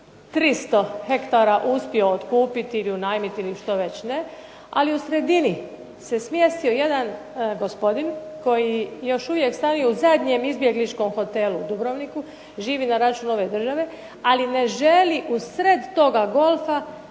300 hektara uspio otkupiti, ili unajmiti ili što već ne, ali u sredini se smjestio jedan gospodin koji još uvijek stanuje u zadnjem izbjegličkom hotelu u Dubrovniku, živi na račun ove države ali ne želi u sred toga golfa